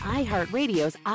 iHeartRadio's